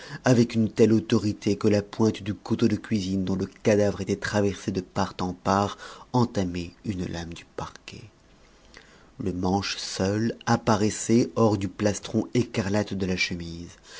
avec une telle autorité que la pointe du couteau de cuisine dont le cadavre était traversé de part en part entamait une lame du parquet le manche seul apparaissait hors du plastron écarlate de la chemise